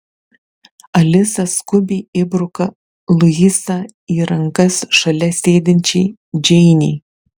alisa skubiai įbruka luisą į rankas šalia sėdinčiai džeinei